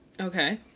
Okay